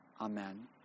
Amen